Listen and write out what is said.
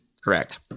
correct